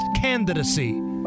candidacy